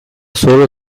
solo